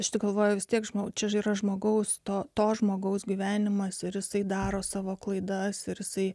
aš tik galvoju vis tiek žinau čia yra žmogaus to žmogaus gyvenimas ir jisai daro savo klaidas ir jisai